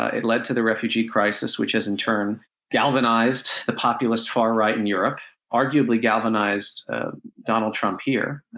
it led to the refugee crisis, which has in turn galvanized the populist far right in europe, arguably galvanized donald trump here.